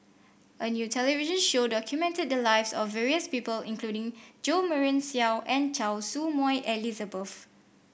a new television show documented the lives of various people including Jo Marion Seow and Choy Su Moi Elizabeth